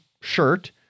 shirt